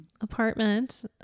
apartment